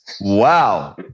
Wow